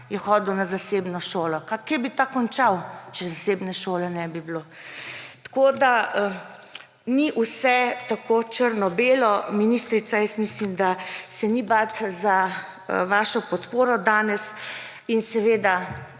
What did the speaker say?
je hodil na zasebno šolo. Kje bi ta končal, če zasebne šole ne bi bilo? Tako da ni vse tako črno-belo. Ministrica, jaz mislim, da se ni bati za vašo podporo danes. Seveda